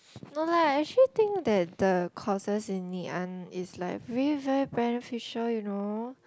no lah I actually think that the courses in ngee ann is like really very beneficial you know